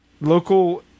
local